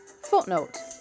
Footnote